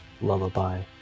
lullaby